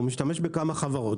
הוא משתמש בכמה חברות,